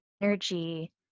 energy